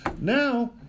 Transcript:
Now